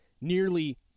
nearly